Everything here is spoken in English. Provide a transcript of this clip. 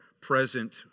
present